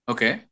Okay